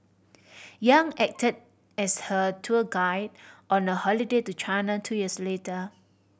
Yang acted as her tour guide on a holiday to China two years later